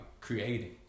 creating